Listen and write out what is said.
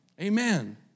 Amen